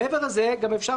מעבר לזה, גם אפשר